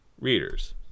readers